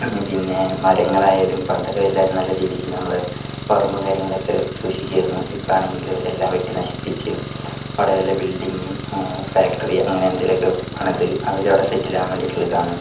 പിന്നെ മരങ്ങളായാലും പണ്ടൊക്കെ എല്ലാവരും നല്ല രീതിക്ക് നമ്മള് പറമ്പും കാര്യങ്ങളുമൊക്കെ സൂക്ഷിക്കുവായിരുന്നു ഇപ്പാണങ്കില് എല്ലാ വെട്ടി നശിപ്പിച്ചും അവിടെ വല്ല ബിൽഡിങും ഫാക്ടറി അങ്ങനെ എന്തേലുമൊക്കെ പണിത് അവരവിടെ സെറ്റിലാവാൻ വേണ്ടീട്ടുള്ള ഇതാണ്